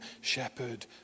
shepherd